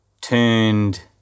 turned